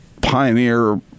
pioneer